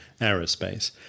aerospace